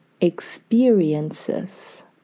experiences